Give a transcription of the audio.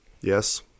Yes